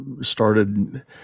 started